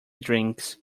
drinks